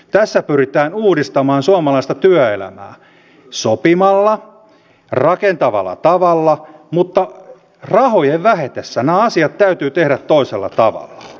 tässä pyritään uudistamaan suomalaista työelämää sopimalla rakentavalla tavalla mutta rahojen vähetessä nämä asiat täytyy tehdä toisella tavalla